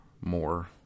more